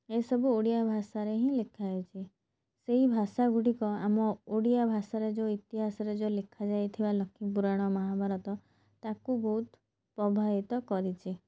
ଏଇସବୁ ଓଡ଼ିଆ ଭାଷାରେ ହିଁ ଲେଖାଯାଇଛି ସେଇ ଭାଷା ଗୁଡ଼ିକ ଆମ ଓଡ଼ିଆ ଭାଷାରେ ଯେଉଁ ଇତିହାସରେ ଯେଉଁ ଲେଖା ଯାଇଥିବା ଲକ୍ଷ୍ମୀ ପୂରାଣ ମହାଭାରତ ତାକୁ ବହୁତ ପ୍ରବାହିତ କରିଛି